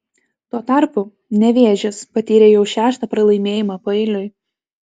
tuo tarpu nevėžis patyrė jau šeštą pralaimėjimą paeiliui